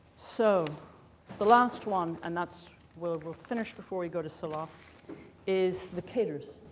so the last one, and that's we'll we'll finish before we go to salah is the cadres.